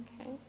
Okay